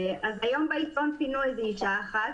אז היום בעיתון פינו איזו אישה אחת.